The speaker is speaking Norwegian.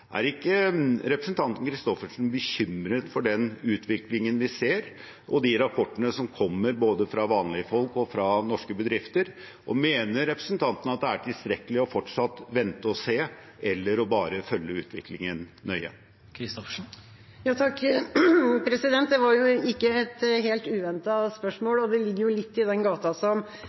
Er ikke representanten Christoffersen bekymret for den utviklingen vi ser, og de rapportene som kommer både fra vanlige folk og fra norske bedrifter? Og mener representanten at det er tilstrekkelig fortsatt å vente og se, eller bare å følge utviklingen nøye? Det var et ikke helt uventet spørsmål. Det ligger litt i